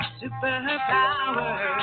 superpower